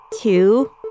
Two